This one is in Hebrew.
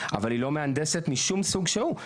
אבל היא לא מהנדסת משום סוג שהוא.